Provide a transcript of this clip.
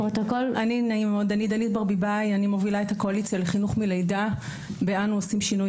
אני מובילה את הקואליציה לחינוך מלידה ב"אנו עושים שינוי".